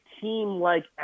team-like